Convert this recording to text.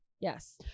Yes